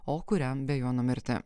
o kuriam be jo numirti